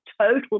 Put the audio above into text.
total